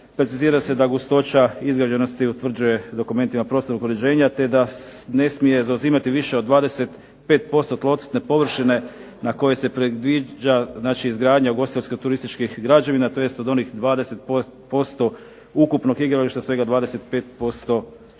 precizira se da gustoća izgrađenosti utvrđuje dokumentima prostornog uređenja te da ne smije zauzimati više od 25% tlocrtne površine na kojoj se predviđa izgradnja ugostiteljsko-turističkih građevina tj. od onih 20% ukupnog igrališta svega 25% je